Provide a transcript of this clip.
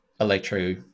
electro